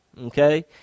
Okay